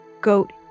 goat